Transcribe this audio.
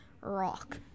Rock